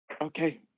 Okay